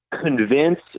convince